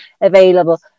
available